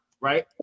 Right